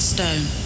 Stone